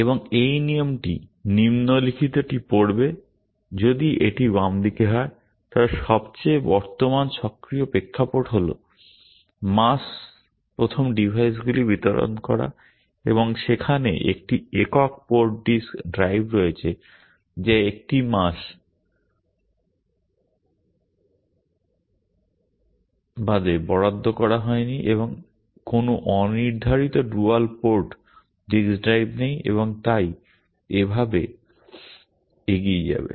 এবং এই নিয়মটি নিম্নলিখিতটি পড়বে যদি এটি বাম দিকে হয় তবে সবচেয়ে বর্তমান সক্রিয় প্রেক্ষাপট হল মাস প্রথম ডিভাইসগুলি বিতরণ করা এবং সেখানে একটি একক পোর্ট ডিস্ক ড্রাইভ রয়েছে যা একটি মাস বাসে বরাদ্দ করা হয়নি এবং কোনও অনির্ধারিত ডুয়াল পোর্ট ডিস্ক ড্রাইভ নেই এবং তাই এভাবে এগিয়ে যাবে